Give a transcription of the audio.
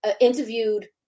interviewed